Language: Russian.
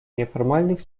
неформальных